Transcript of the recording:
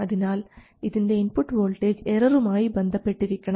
അതിനാൽ ഇതിൻറെ input voltage എററുമായി ബന്ധപ്പെട്ടിരിക്കണം